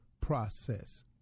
process